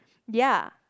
ya